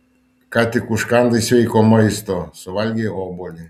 ką tik užkandai sveiko maisto suvalgei obuolį